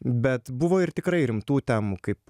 bet buvo ir tikrai rimtų temų kaip